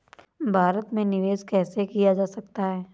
भारत में निवेश कैसे किया जा सकता है?